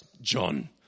John